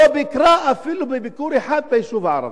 לא ביקרה אפילו ביקור אחד ביישוב ערבי.